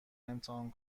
امتحان